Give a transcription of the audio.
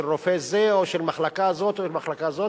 של רופא זה או של מחלקה זו או מחלקה זו,